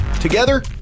Together